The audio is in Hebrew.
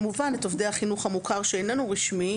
ויש לנו כמובן את עובדי החינוך המוכר שאיננו רשמי,